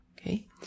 Okay